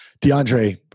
DeAndre